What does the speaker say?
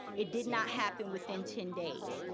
it did not happen within ten days.